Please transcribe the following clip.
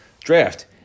draft